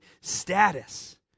status